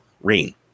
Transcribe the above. rain